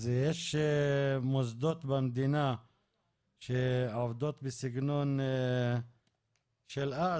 אז יש מוסדות במדינה שעובדות בסגנון של אז,